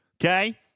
okay